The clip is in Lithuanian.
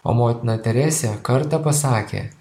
o motina teresė kartą pasakė